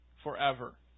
forever